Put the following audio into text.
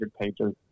pages